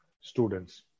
students